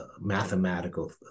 mathematical